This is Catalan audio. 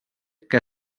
que